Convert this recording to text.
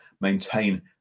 maintain